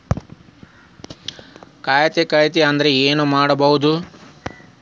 ಖಾತೆ ಕಳಿತ ಅಂದ್ರೆ ಏನು ಮಾಡೋದು?